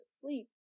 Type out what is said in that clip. sleep